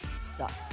sucked